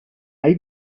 hai